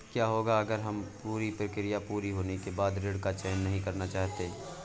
क्या होगा अगर हम पूरी प्रक्रिया पूरी होने के बाद ऋण का चयन नहीं करना चाहते हैं?